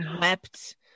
wept